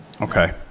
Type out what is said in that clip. Okay